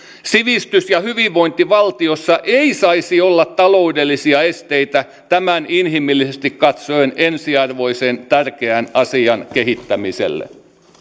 sivistys ja hyvinvointivaltiossa ei saisi olla taloudellisia esteitä tämän inhimillisesti katsoen ensiarvoisen tärkeän asian kehittämiselle